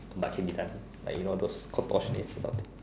but can be done like you know those or some